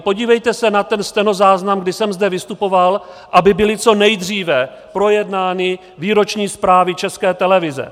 Podívejte se na ten stenozáznam, kdy jsem zde vystupoval, aby byly co nejdříve projednány výroční zprávy České televize.